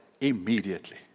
immediately